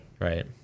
Right